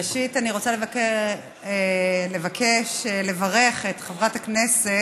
ראשית, אני רוצה לבקש לברך את חברת הכנסת